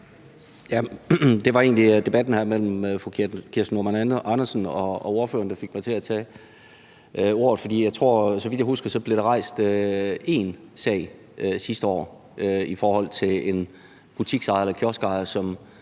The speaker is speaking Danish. egentlig debatten her mellem fru Kirsten Normann Andersen og ordføreren, der får mig til at tage ordet, for der blev – så vidt jeg husker – rejst én sag sidste år i forhold til en butiksejer